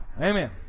Amen